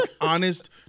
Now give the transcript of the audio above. honest